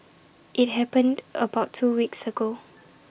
IT happened about two weeks ago